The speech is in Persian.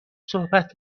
صحبت